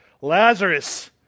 Lazarus